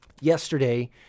yesterday